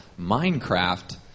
Minecraft